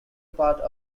part